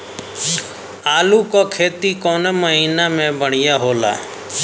आलू क खेती कवने महीना में बढ़ियां होला?